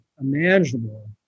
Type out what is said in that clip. imaginable